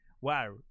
Wow